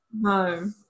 no